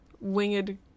winged